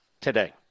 today